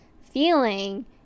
feeling